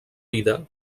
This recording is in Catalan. vida